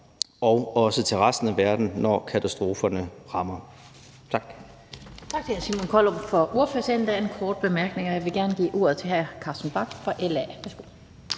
og også til resten af verden, når katastroferne rammer. Tak.